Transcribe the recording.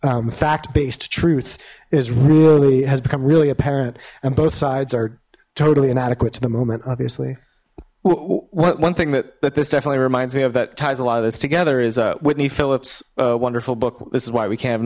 y fact based truth is really has become really apparent and both sides are totally inadequate to the moment obviously one thing that that this definitely reminds me of that ties a lot of this together is a whitney phillips a wonderful book this is why we ca